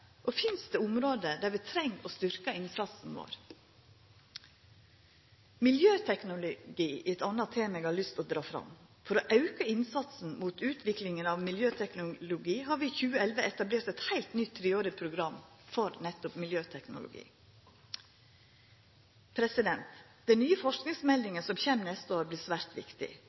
Finst det område der vi treng å styrkja innsatsen vår? Miljøteknologi er eit anna tema eg har lyst til å dra fram. For å auka innsatsen mot utviklinga av miljøteknologi har vi i 2011 etablert eit heilt nytt treårig program for nettopp miljøteknologi. Den nye forskingsmeldinga som kjem neste år, vert svært viktig.